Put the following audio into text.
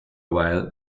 while